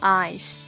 eyes